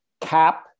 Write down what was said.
cap